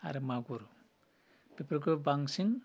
आरो मागुर बेफोरखौ बांसिन